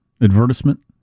advertisement